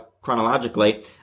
chronologically